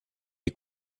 est